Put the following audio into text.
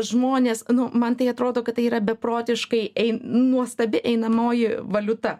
žmones nu man tai atrodo kad tai yra beprotiškai nuostabi einamoji valiuta